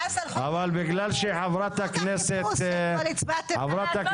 הוא כעס על חוק החיפוש שאתמול הצבעתם עליו.